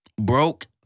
broke